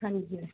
ਹਾਂਜੀ